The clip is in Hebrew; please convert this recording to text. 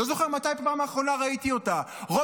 אני לא זוכר מתי ראיתי אותה בפעם האחרונה.